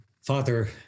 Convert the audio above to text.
Father